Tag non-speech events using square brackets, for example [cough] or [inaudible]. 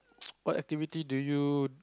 [noise] what activity do you